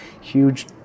huge